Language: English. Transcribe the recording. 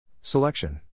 Selection